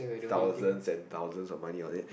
thousands and thousands of money of it